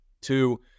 Two